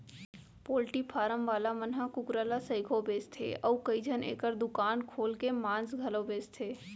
poultry farm वाला मन ह कुकरा ल सइघो बेचथें अउ कइझन एकर दुकान खोल के मांस घलौ बेचथें